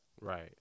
Right